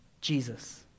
Jesus